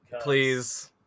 Please